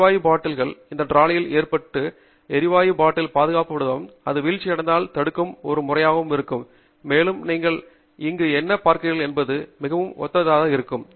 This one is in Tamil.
எரிவாயு பாட்டில் அந்த டிராலி யில் ஏற்றப்பட்டு எரிவாயு பாட்டில் பாதுகாக்கப்படுவதால் அது வீழ்ச்சியடைவதை தடுக்கும் ஒரு முறையாய் இருக்கும் மேலும் நீங்கள் இங்கு என்ன பார்க்கிறீர்கள் என்பது மிகவும் ஒத்ததாக இருக்கும்